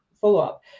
follow-up